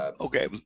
Okay